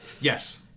Yes